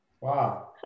Wow